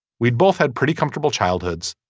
we'd both had pretty comfortable childhoods.